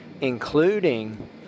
including